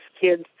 kids